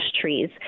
trees